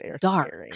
dark